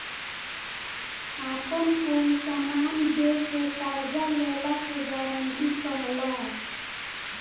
आपन कोई समान दे के कर्जा लेला के गारंटी कहला